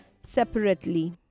separately